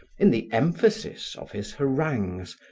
in the emphasis of his harangues,